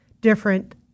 different